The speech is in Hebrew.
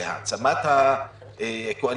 זה העצמת הקואליציה,